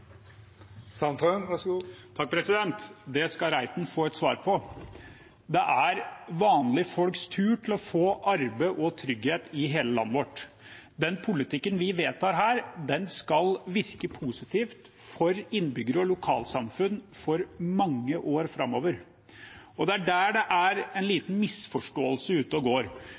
vanlige folks tur til å få arbeid og trygghet i hele landet vårt. Den politikken vi vedtar her, skal virke positivt for innbyggere og lokalsamfunn i mange år framover. Det er der det er en liten misforståelse ute og går,